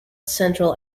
central